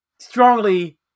Strongly